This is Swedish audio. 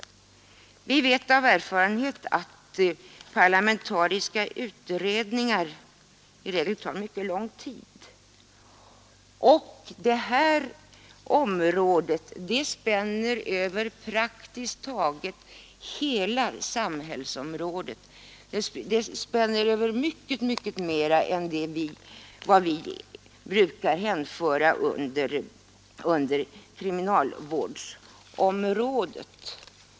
Vi vet av erfarenhet att parlamentariska utredningar i regel tar mycket lång tid, och de här problemen spänner över praktiskt taget hela samhället. Det spänner över mycket mer än vad vi brukar hänföra till kriminalvårdsområdet.